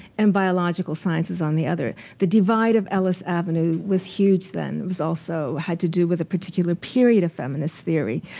and biological sciences on the other. the divide of ellis avenue was huge then. it also had to do with a particular period of feminist theory.